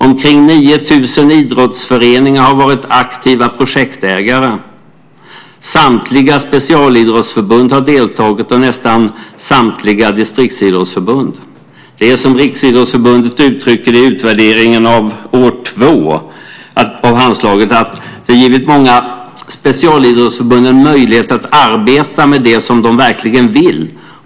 Omkring 9 000 idrottsföreningar har varit aktiva projektägare. Samtliga specialidrottsförbund har deltagit och nästan samtliga distriktsidrottsförbund. Det är som Riksidrottsförbundet uttrycker det i utvärderingen av år 2 av Handslaget: Det har givit många specialidrottsförbund en möjlighet att arbeta med det som de verkligen vill.